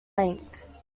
length